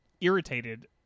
irritated